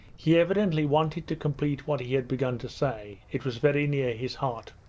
he evidently wanted to complete what he had begun to say. it was very near his heart.